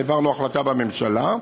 העברנו החלטה בממשלה,